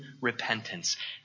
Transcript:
repentance